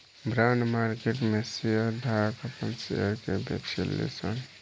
bond market में share धारक आपन शेयर के बेचेले सन